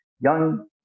young